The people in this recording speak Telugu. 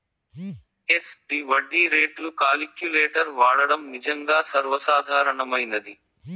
ఎస్.డి వడ్డీ రేట్లు కాలిక్యులేటర్ వాడడం నిజంగా సర్వసాధారణమైనది